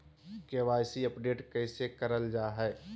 KYC update कैसे करल जाहै?